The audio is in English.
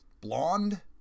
blonde